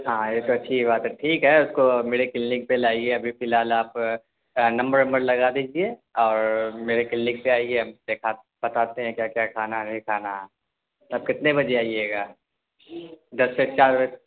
ہاں یہ تو اچھی بات ہے ٹھیک ہے اس کو میرے کلینک پہ لے آئیے ابھی فی الحال آپ نمبر ومبر لگا دیجیے اور میرے کلینک پہ آئیے ہم دکھاتے بتاتے ہیں کیا کیا کھانا نہیں کھانا ہے تب کتنے بجے آئیے گا دس بج چار بجے